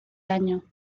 año